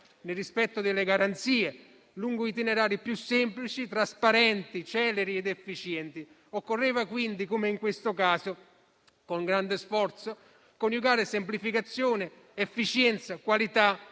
nel rispetto delle garanzie, lungo itinerari più semplici, trasparenti, celeri ed efficienti. Occorreva quindi, come in questo caso, con grande sforzo, coniugare semplificazione, efficienza, qualità